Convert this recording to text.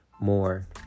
more